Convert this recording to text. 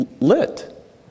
lit